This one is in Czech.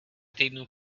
týdnů